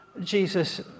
Jesus